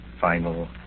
final